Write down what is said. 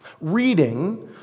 reading